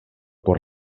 por